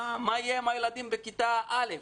מה יהיה עם הילדים בכיתה א'?